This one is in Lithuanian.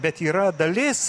bet yra dalis